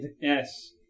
Yes